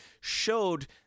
showed